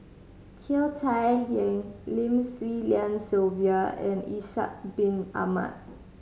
Cheo Chai Hiang Lim Swee Lian Sylvia and Ishak Bin Ahmad